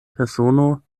persono